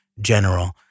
general